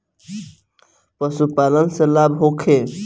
पशु पालन से लाभ होखे?